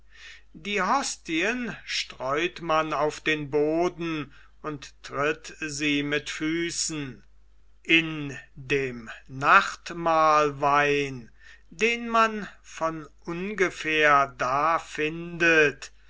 die hostien streut man auf den boden und tritt sie mit füßen in dem nachtmahlwein den man von ungefähr da findet